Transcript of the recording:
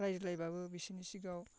रायज्लायब्लाबो बिसिनि सिगाङाव